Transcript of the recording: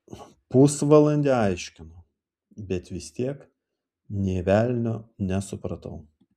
pusvalandį aiškino bet vis tiek nė velnio nesupratau